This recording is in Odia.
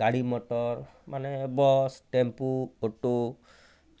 ଗାଡ଼ି ମଟର୍ମାନେ ବସ୍ ଟେମ୍ପୁ ଅଟୋ